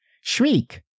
Shriek